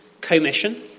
commission